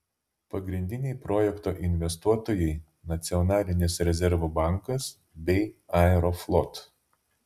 pagrindiniai projekto investuotojai nacionalinis rezervų bankas bei aeroflot